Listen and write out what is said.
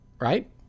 right